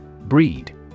Breed